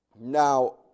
Now